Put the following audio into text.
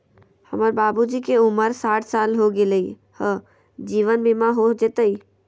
हमर बाबूजी के उमर साठ साल हो गैलई ह, जीवन बीमा हो जैतई?